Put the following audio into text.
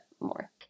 more